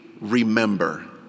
remember